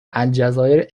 الجزایر